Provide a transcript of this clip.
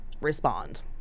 respond